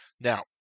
Now